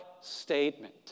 statement